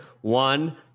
One